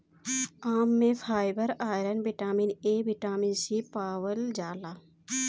आम में fibre, iron, vitamin A, vitamin C पावल जाला